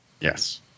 Yes